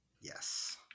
Yes